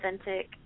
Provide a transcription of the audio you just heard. authentic